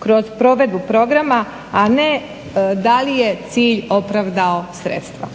kroz provedbu programa, a ne da li je cilj opravdao sredstva.